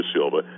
Silva